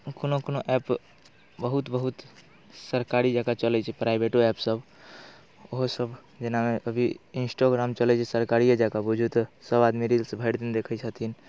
कोनो कोनो ऐप बहुत बहुत सरकारी जकाँ चलै छै प्राइवेटो ऐपसब ओहोसब जेना अभी इन्स्टोग्राम चलै छै सरकारिए जकाँ बुझू तऽ सब आदमी रील्स भरिदिन देखै छथिन